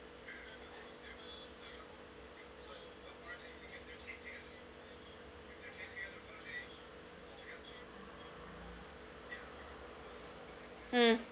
mm